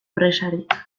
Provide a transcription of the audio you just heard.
presarik